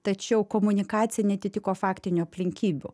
tačiau komunikacija neatitiko faktinių aplinkybių